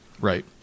Right